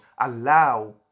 allow